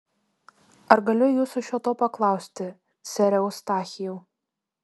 ar galiu jūsų šio to paklausti sere eustachijau